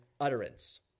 utterance